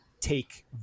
take